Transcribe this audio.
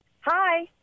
Hi